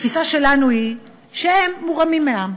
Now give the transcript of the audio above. התפיסה שלנו היא שהם מורמים מעם.